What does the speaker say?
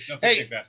Hey